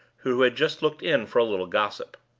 who had just looked in for a little gossip.